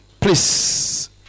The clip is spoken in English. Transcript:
please